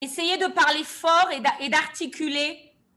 essayez de parler fort et d'articuler